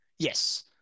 Yes